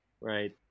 Right